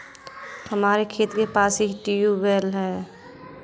हमारे खेत के पास ही ट्यूबवेल है